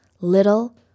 Little